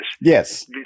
Yes